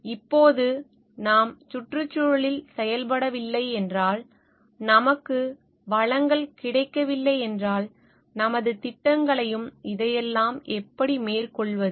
இப்போது நாம் சுற்றுச்சூழலில் செயல்படவில்லை என்றால் நமக்கு வளங்கள் கிடைக்கவில்லை என்றால் நமது திட்டங்களையும் இதையெல்லாம் எப்படி மேற்கொள்வது